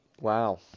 Wow